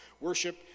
worship